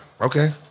Okay